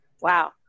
Wow